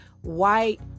white